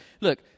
Look